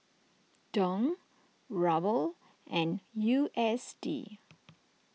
Dong Ruble and U S D